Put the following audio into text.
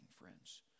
friends